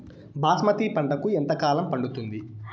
బాస్మతి పంటకు ఎంత కాలం పడుతుంది?